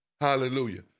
Hallelujah